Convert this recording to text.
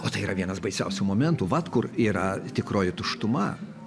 o tai yra vienas baisiausių momentų vat kur yra tikroji tuštuma